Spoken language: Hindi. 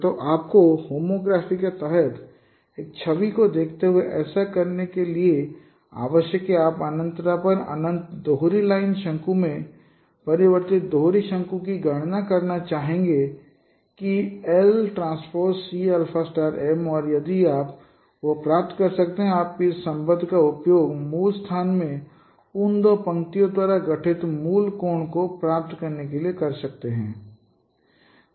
तो आपको होमोग्राफ़ी के तहत एक छवि को देखते हुए ऐसा करने के लिए क्या आवश्यक है आप अनन्तता पर अनंत दोहरी लाइन शंकु में परिवर्तित दोहरी शंकु की गणना करना चाहेंगे जो कि lTC m और यदि आप वह प्राप्त कर सकते हैं तो आप इस संबंध का उपयोग मूल स्थान में उन दो पंक्तियों द्वारा गठित मूल कोण को प्राप्त करने के लिए कर सकते हैं